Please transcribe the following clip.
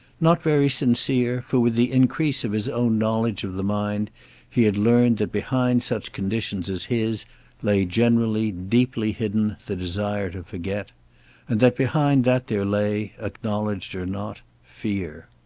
not very sincere, for with the increase of his own knowledge of the mind he had learned that behind such conditions as his lay generally, deeply hidden, the desire to forget. and that behind that there lay, acknowledged or not, fear.